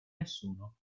nessuno